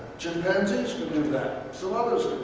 chimpanzees can do that. some others